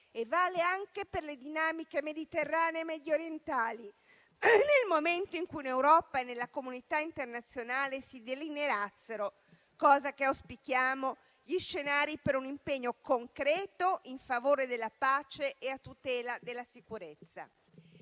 e vale anche per le dinamiche mediterranee e mediorientali, nel momento in cui in Europa e nella comunità internazionale si delineassero - cosa che auspichiamo - gli scenari per un impegno concreto in favore della pace e a tutela della sicurezza.